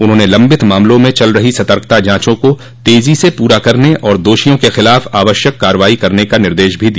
उन्होंने लम्बित मामलों में चल रही सतर्कता जाँचों को तेज़ी से पूरा करने और दोषियों के खिलाफ आवश्यक कार्रवाई करने का निर्देश भी दिया